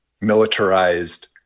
militarized